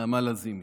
נעמה לזימי,